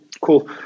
cool